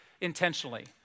intentionally